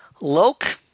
Loke